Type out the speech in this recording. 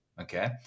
Okay